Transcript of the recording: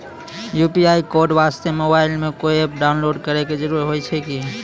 UPI code वास्ते mobile मे कोय एप्प डाउनलोड करे के जरूरी होय छै की?